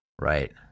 Right